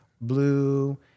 blue